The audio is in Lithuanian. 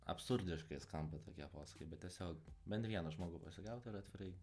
absurdiškai skamba tokie posakiai bet tiesiog bent vieną žmogų pasigaut ir atvirai